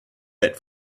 bit